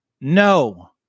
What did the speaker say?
No